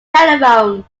telephone